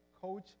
coach